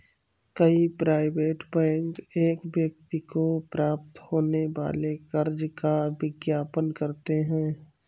कई private bank एक व्यक्ति को प्राप्त होने वाले कर्ज का विज्ञापन करते हैं